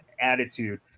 attitude